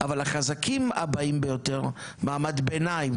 אבל לחזקים הבאים ביותר מעמד ביניים,